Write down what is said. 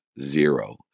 zero